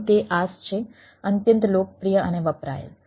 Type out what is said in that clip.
તેથી તે IaaS છે અત્યંત લોકપ્રિય અને વપરાયેલ